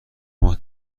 ماه